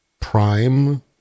Prime